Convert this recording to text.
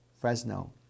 Fresno